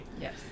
Yes